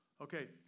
Okay